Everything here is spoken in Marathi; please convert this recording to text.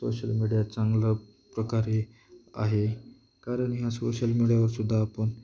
सोशल मीडिया चांगलं प्रकारे आहे कारण ह्या सोशल मीडियावरसुद्धा आपण